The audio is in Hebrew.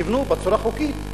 שיבנו בצורה חוקית,